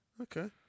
Okay